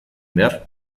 behar